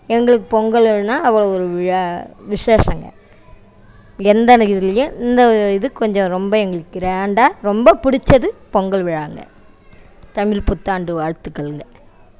எங்களுக்கு பொங்கல் விழானால் அவ்வளோ ஒரு விழா விசேஷங்க எந்த எனக்கு இதிலையே இந்த இது கொஞ்சம் ரொம்ப எங்களுக்கு கிராண்டாக ரொம்ப பிடிச்சது பொங்கல் விழாங்கள் தமிழ் புத்தாண்டு வாழ்த்துக்களுங்க